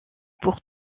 pour